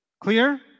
Clear